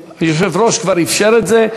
היושב-ראש כבר אפשר את זה,